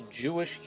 Jewish